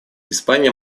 испания